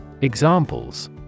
Examples